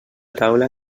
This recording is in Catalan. taula